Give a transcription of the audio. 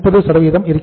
30 இருக்கிறது